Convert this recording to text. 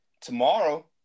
tomorrow